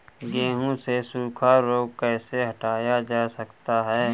गेहूँ से सूखा रोग कैसे हटाया जा सकता है?